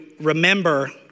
remember